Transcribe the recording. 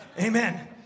amen